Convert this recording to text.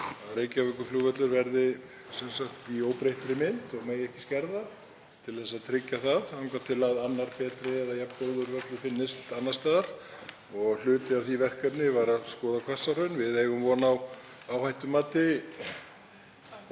Reykjavíkurflugvöllur verði í óbreyttri mynd og að hann megi ekki skerða, það þarf að tryggja það, þangað til að annar betri eða jafn góður völlur finnst annars staðar. Hluti af því verkefni var að skoða Hvassahraun. Við eigum von á áhættumati,